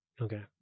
okay